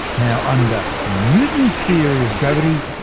now under newton's theory of gravity,